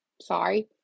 sorry